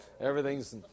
everything's